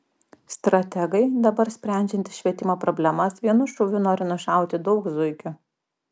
strategai dabar sprendžiantys švietimo problemas vienu šūviu nori nušauti daug zuikių